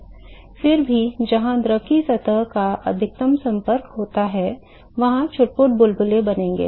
फिर भी जहां द्रव की सतह का अधिकतम संपर्क होता है वहां छिटपुट बुलबुले बनेंगे